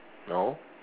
no